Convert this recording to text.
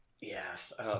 yes